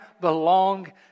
belong